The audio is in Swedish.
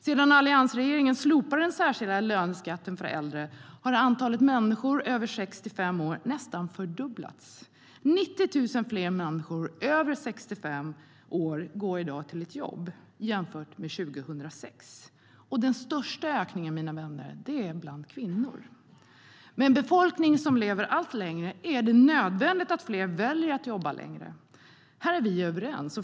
Sedan alliansregeringen slopade den särskilda löneskatten för äldre har antalet arbetande människor över 65 år nästan fördubblats. 90 000 fler människor över 65 år går i dag till ett jobb jämfört med 2006 - och den största ökningen, mina vänner, är bland kvinnor. Med en befolkning som lever allt längre är det nödvändigt att fler väljer att jobba längre. Här är vi överens.